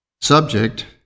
Subject